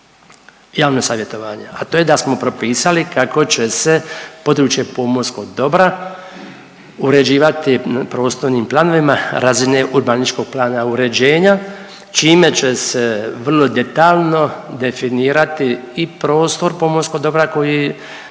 javno savjetovanje, a to je da smo propisali kako će se područje pomorskog dobra uređivati prostornim planovima razine urbanističkog plana uređenja čime će se vrlo detaljno definirati i prostor pomorskog dobra koji